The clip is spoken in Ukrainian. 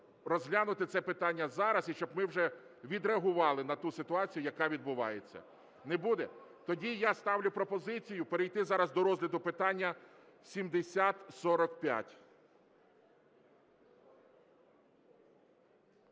розглянути це питання зараз і щоб ми вже відреагували на ту ситуацію, яка відбувається. Не буде? Тоді я ставлю пропозицію перейти зараз до розгляду питання 7045.